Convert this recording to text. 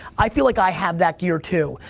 i feel like i have that gear too.